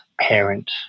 parent